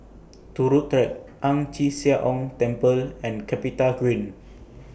Turut Track Ang Chee Sia Ong Temple and Capitagreen